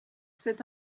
cet